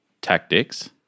tactics